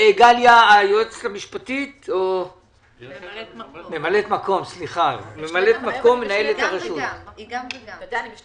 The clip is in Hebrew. גליה, ממלאת מקום מנהלת הרשות והיועצת